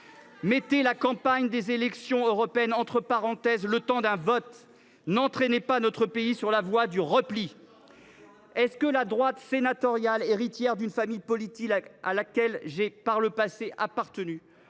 Mettez la campagne des élections européennes entre parenthèses le temps d’un vote. N’entraînez pas notre pays sur la voie du repli ! La droite sénatoriale, héritière d’une famille politique à laquelle j’ai appartenu